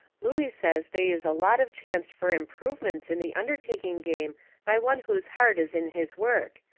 looey says they is a lot of chancet fur improvements in the undertaking game by one whose heart is in his work,